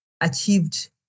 achieved